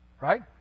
right